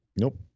Nope